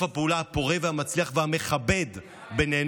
הפעולה הפורה והמצליח והמכבד בינינו.